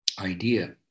idea